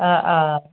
অ অ